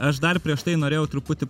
aš dar prieš tai norėjau truputį